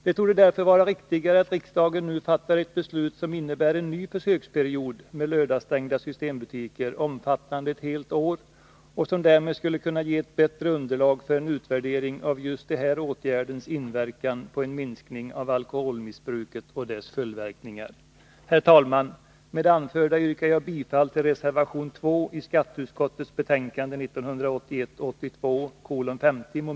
Det borde därför vara viktigare att riksdagen nu fattar ett beslut som innebär en ny försöksperiod med lördagsstängda systembutiker, omfattande ett helt år. Det kan ge ett bättre underlag för en utvärdering av just den här åtgärdens betydelse för en minskning av alkoholmissbruket och dess följdverkningar. Herr talman! Med det anförda yrkar jag bifall till reservation 2 i skatteutskottets betänkande 1981/82:50.